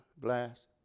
Glass